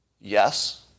Yes